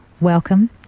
Welcome